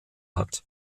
hat